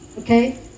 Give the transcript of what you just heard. Okay